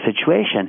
situation